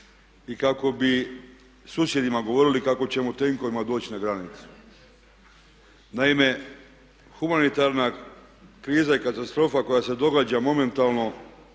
i kako bi susjedima govorili kako ćemo tenkovima doći na granicu. Naime humanitarna kriza i katastrofa koja se događa momentalno